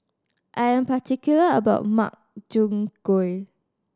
I'm particular about Makchang Gui